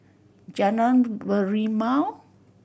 Jalan Merlimau